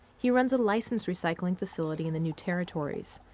he runs a licensed recycling facility in the new territories.